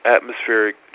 atmospheric